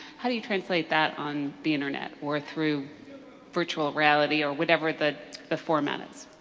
how do you translate that on the internet or through virtual reality or whatever the the format is?